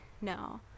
No